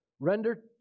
Render